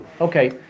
Okay